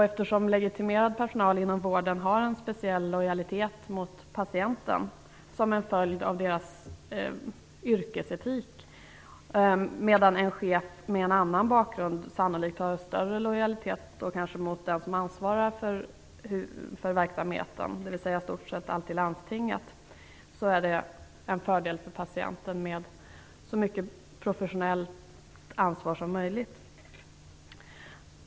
Eftersom legitimerad personal inom vården har en speciell lojalitet mot patienten som en följd av dess yrkesetik, medan en chef med en annan bakgrund sannolikt har större lojalitet mot den som ansvarar för verksamheten, dvs. i stort sett alltid landstinget, är det en fördel för patienten med så mycket professionellt ansvar som möjligt.